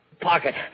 Pocket